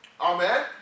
Amen